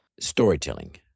Storytelling